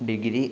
degree